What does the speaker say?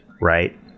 right